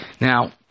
Now